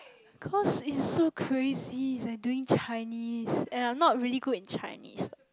cause it's so crazy it's like doing Chinese and I'm not really good in Chinese